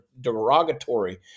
derogatory